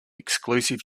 exclusive